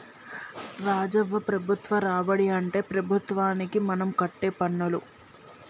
రాజవ్వ ప్రభుత్వ రాబడి అంటే ప్రభుత్వానికి మనం కట్టే పన్నులు